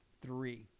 three